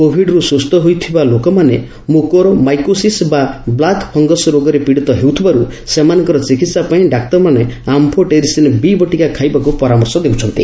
କୋଭିଡରୁ ସୁସ୍ଥ ହୋଇଥିବା ଲୋକମାନେ 'ମୁକୋର ମାଇକୋସିସ୍' ବା ବ୍ଲାକ୍ ଫଙଙସ୍ ରୋଗରେ ପୀଡ଼ିତ ହେଉଥିବାରୁ ସେମାନଙ୍କର ଚିକିହା ପାଇଁ ଡାକ୍ତରମାନେ ଆମ୍ଫୋ ଟେରିସିନ୍ ବି' ବଟିକା ଖାଇବାକୁ ପରାମର୍ଶ ଦେଉଛନ୍ତି